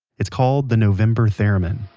it's called the november theremin